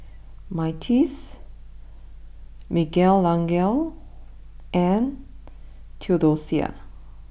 Myrtice Miguelangel and Theodosia